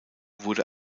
wurde